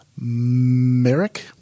Merrick